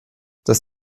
das